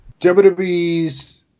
WWE's